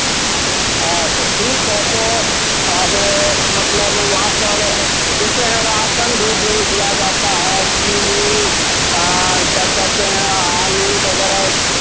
हाँ तो ठीक है तो अब मतलब यहाँ पर सुनते है राशन भी दे दिया जाता है चीनी और क्या कहते हैं आलू वगैरह